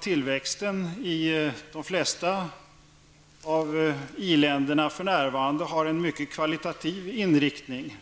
Tillväxten i de flesta av industriländerna har för närvarande en mycket kvalitativ inriktning.